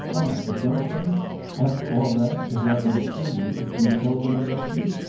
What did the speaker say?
but don't they after all that, as i've understood you you've told them about me?